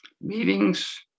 Meetings